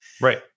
Right